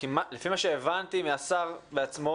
לפי מה שהבנתי מהשר בעצמו,